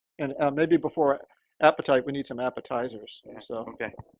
and maybe before appetite, we need some appetizers, so. ok.